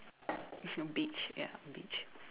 it's a beach ya beach